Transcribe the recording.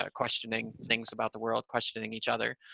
ah questioning things about the world, questioning each other.